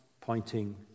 pointing